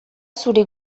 zure